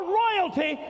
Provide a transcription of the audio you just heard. royalty